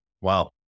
Wow